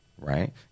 right